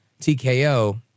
TKO